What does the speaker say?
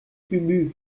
ubu